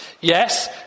Yes